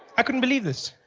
i couldn't believe this,